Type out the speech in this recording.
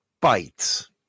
bites